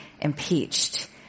impeached